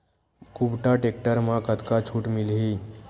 कुबटा टेक्टर म कतका छूट मिलही?